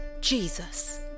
Jesus